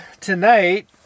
tonight